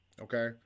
Okay